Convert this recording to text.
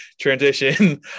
transition